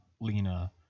lena